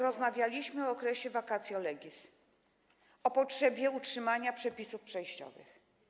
Rozmawialiśmy o okresie vacatio legis, o potrzebie utrzymania przepisów przejściowych.